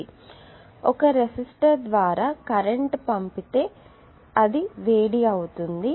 కాబట్టి ఒక రెసిస్టర్ ద్వారా కరెంట్ పంపితే అది వేడి అవుతుంది